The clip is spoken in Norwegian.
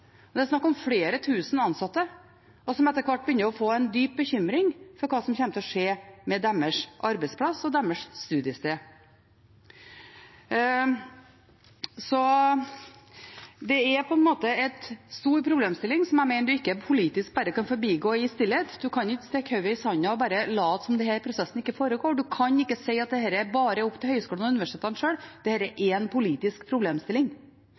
flere tusen ansatte, som etter hvert begynner å få en dyp bekymring for hva som kommer til å skje med deres arbeidsplass og deres studiested. Det er en stor problemstilling jeg mener en politisk ikke bare kan forbigå i stillhet. En kan ikke stikke hodet i sanden og bare late som om denne prosessen ikke foregår, en kan ikke si at dette bare er opp til høyskolene og universitetene sjøl. Dette er en politisk problemstilling,